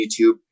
YouTube